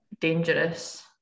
dangerous